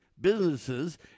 businesses